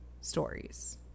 stories